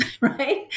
right